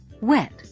wet